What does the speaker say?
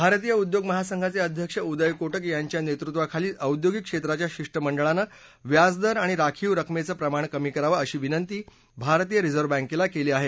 भारतीय उद्योग महासंघाचे अध्यक्ष उदय कोटक यांच्या नेतृत्वाखालील औद्योगिक क्षेत्राच्या शिष्टमंडळानं व्याजदर आणि राखीव रकमेचं प्रमाण कमी करावं अशी विनंती भारतीय रिझर्व बँकेला केली आहे